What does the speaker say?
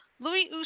Louis